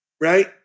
right